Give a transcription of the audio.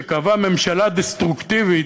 שקבעה ממשלה דסטרוקטיבית,